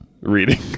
reading